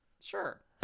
Sure